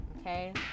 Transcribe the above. Okay